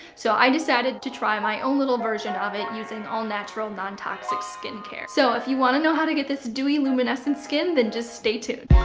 so i decided to try my own little version of it, using all natural, non-toxic skincare. so, if you want to know how to get this dewy, luminescent skin, then just stay tuned.